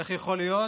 איך יכול להיות